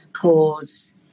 pause